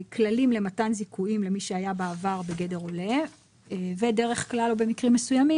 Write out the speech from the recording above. כללים למתן זיכויים למי שהיה בעבר בגדר עולה ודרך כלל או במקרים מסוימים